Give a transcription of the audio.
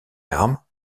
armes